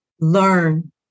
learn